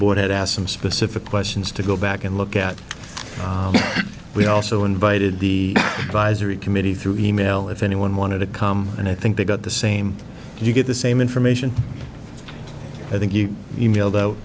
board had asked some specific questions to go back and look at we also invited the advisory committee through e mail if anyone wanted to come and i think they got the same you get the same information i think you e mail